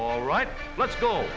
all right let's go